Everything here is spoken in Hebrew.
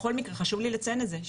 בכל מקרה חשוב לי לציין את זה,